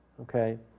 okay